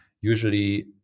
usually